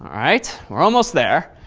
right. we're almost there.